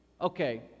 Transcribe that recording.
Okay